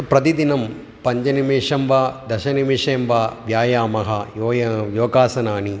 प्रतिदिनं पञ्चनिमेशं वा दशनिमेशं वा व्यायामः योय योगासनानि